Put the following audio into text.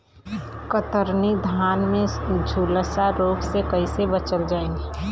कतरनी धान में झुलसा रोग से कइसे बचल जाई?